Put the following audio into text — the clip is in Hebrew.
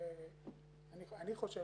אני חושב,